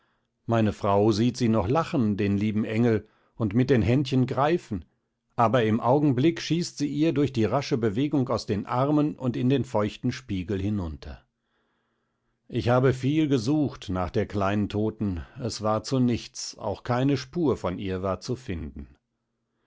meine frau sieht sie noch lachen den lieben engel und mit den händchen greifen aber im augenblick schießt sie ihr durch die rasche bewegung aus den armen und in den feuchten spiegel hinunter ich habe viel gesucht nach der kleinen toten es war zu nichts auch keine spur von ihr war zu finden